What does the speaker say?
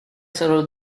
solo